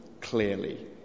clearly